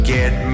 Get